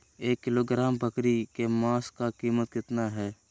एक किलोग्राम बकरी के मांस का कीमत कितना है?